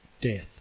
death